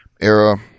era